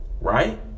right